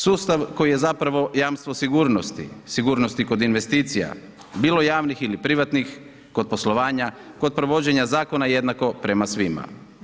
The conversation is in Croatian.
Sustav koji je zapravo jamstvo sigurnosti, sigurnosti kod investicija, bilo javnih ili privatnih, kod poslovanja, kod provođenja zakona jednako prema svima.